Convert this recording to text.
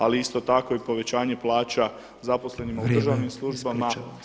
Ali isto tako i povećanje plaća zaposlenima u državnim službama